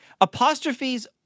Apostrophes